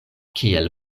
kiel